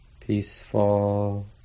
peaceful